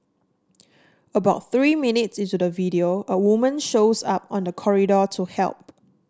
about three minutes into the video a woman shows up on the corridor to help